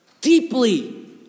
deeply